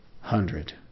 hundred